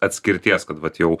atskirties kad vat jau